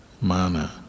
mana